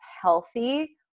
healthy